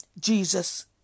Jesus